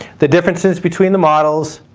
the differences between the models,